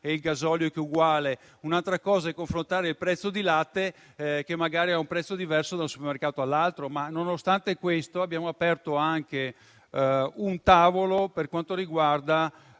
del gasolio, che è uguale; altro conto è confrontare il prezzo del latte, che magari è diverso da un supermercato all'altro. Nonostante questo, abbiamo aperto anche un tavolo per quanto riguarda